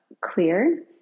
clear